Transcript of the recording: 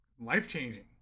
life-changing